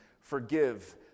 forgive